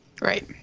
Right